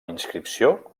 inscripció